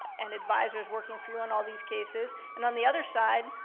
and advisors working for you on all these cases, and on the other side,